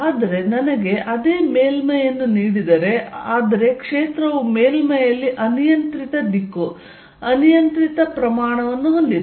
ಆದರೆ ನನಗೆ ಅದೇ ಮೇಲ್ಮೈಯನ್ನು ನೀಡಿದರೆ ಆದರೆ ಕ್ಷೇತ್ರವು ಮೇಲ್ಮೈಯಲ್ಲಿ ಅನಿಯಂತ್ರಿತ ದಿಕ್ಕು ಅನಿಯಂತ್ರಿತ ಪ್ರಮಾಣವನ್ನು ಹೊಂದಿದೆ